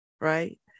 right